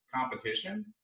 competition